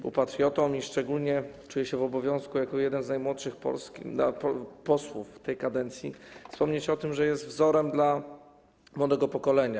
Był patriotą i szczególnie czuję się w obowiązku, jako jeden z najmłodszych posłów w tej kadencji, wspomnieć o tym, że jest wzorem dla młodego pokolenia.